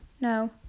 no